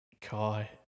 kai